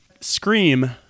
Scream